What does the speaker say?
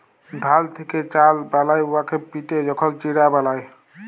ধাল থ্যাকে চাল বালায় উয়াকে পিটে যখল চিড়া বালায়